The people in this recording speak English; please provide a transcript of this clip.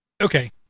Okay